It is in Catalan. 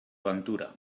ventura